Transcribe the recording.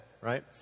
right